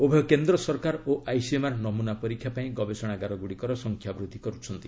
ଉଭୟ କେନ୍ଦ୍ର ସରକାର ଓ ଆଇସିଏମ୍ଆର୍ ନମୁନା ପରୀକ୍ଷା ପାଇଁ ଗବେଷଣାଗାର ଗ୍ରଡ଼ିକର ସଂଖ୍ୟା ବୃଦ୍ଧି କର୍ରଛନ୍ତି